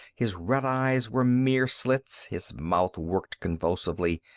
his red eyes were mere slits, his mouth worked convulsively.